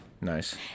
Nice